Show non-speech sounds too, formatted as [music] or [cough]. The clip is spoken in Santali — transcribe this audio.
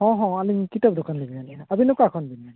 ᱦᱚᱸ ᱦᱚᱸ ᱟᱹᱞᱤᱧ ᱠᱤᱛᱟᱹᱵ ᱫᱚᱠᱟᱱ ᱞᱤᱧ ᱢᱮᱱᱮᱜᱼᱟ ᱟᱹᱵᱤᱱ ᱫᱚ ᱚᱠᱟ ᱠᱷᱚᱱ [unintelligible]